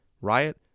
riot